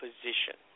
position